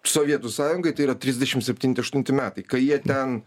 sovietų sąjungai tai yra trisdešim septynti aštunti metai kai jie ten